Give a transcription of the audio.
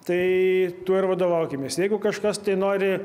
tai tuo ir vadovaukimės jeigu kažkas tai nori